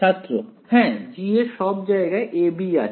ছাত্র হ্যাঁ G এর সব জায়গায় a b আছে